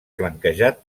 flanquejat